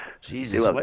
Jesus